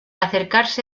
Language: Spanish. acercarse